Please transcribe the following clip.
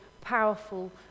powerful